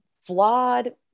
flawed